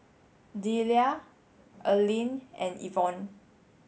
Deliah Earlean and Evon